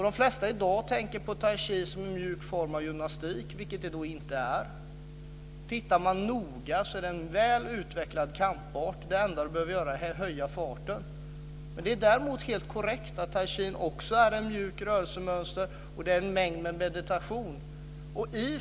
I dag tänker de flesta på taichi som en mjuk form av gymnastik, vilket det inte är. Studerar man den noga finner man att det är en väl utvecklad kampart. Det enda som man behöver göra för att visa detta är att höja farten. Det är däremot helt korrekt att taichi också har ett mjukt rörelsemönster och inslag av meditation.